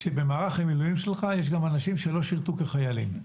שבמערך המילואים שלך יש גם אנשים שלא שירתו כחיילים.